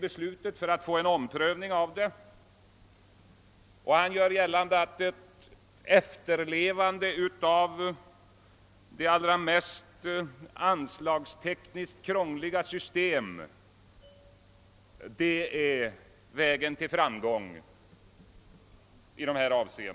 Vidare påstår han att ett efterlevande av det anslagstekniskt mest krångliga systemet är nyckeln till framgång på det här området.